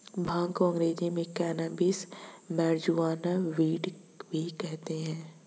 भांग को अंग्रेज़ी में कैनाबीस, मैरिजुआना, वीड भी कहते हैं